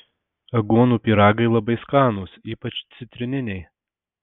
aguonų pyragai labai skanūs ypač citrininiai